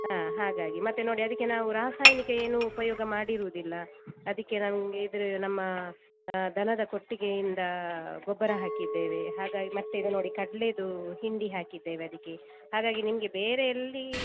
ಹಾಂ ಹಾಗಾಗಿ ಮತ್ತೆ ನೋಡಿ ಅದಕ್ಕೆ ನಾವು ರಾಸಾಯನಿಕ ಏನು ಉಪಯೋಗ ಮಾಡಿರುವುದಿಲ್ಲ ಅದಕ್ಕೆ ನಮಗೆ ಇದು ನಮ್ಮ ದನದ ಕೊಟ್ಟಿಗೆಯಿಂದ ಗೊಬ್ಬರ ಹಾಕಿದ್ದೇವೆ ಹಾಗಾಗಿ ಮತ್ತೆ ಇದು ನೋಡಿ ಕಡಲೆದು ಹಿಂಡಿ ಹಾಕಿದ್ದೇವೆ ಅದಿಕ್ಕೆ ಹಾಗಾಗಿ ನಿಮಗೆ ಬೇರೆ ಎಲ್ಲಿ